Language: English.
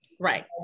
right